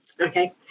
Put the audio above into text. Okay